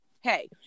hey